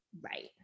Right